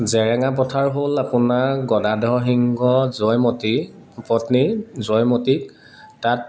জেৰেঙা পথাৰ হ'ল আপোনাৰ গদাধৰ সিংহ জয়মতী পত্নীৰ জয়মতীক তাত